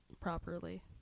properly